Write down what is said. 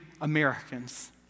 Americans